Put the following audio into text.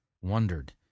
wondered